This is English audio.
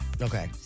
Okay